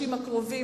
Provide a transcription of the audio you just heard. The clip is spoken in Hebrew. התקציב,